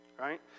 right